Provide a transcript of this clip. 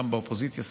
גם באופוזיציה,